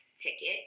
ticket